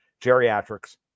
geriatrics